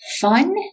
Fun